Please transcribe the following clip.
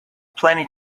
plenty